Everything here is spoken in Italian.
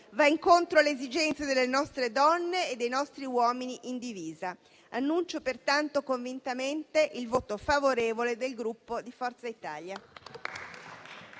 va incontro alle esigenze delle nostre donne e dei nostri uomini in divisa, pertanto annuncio convintamente il voto favorevole del Gruppo Forza Italia.